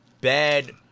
bad